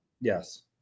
Yes